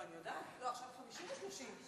לא, אני יודעת, אוה.